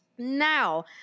now